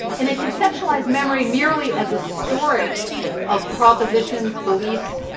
and a conceptualised memory merely as a storage of propositions, beliefs,